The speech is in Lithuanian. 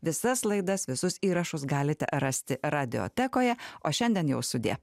visas laidas visus įrašus galite rasti radijotekoje o šiandien jau sudie